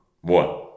One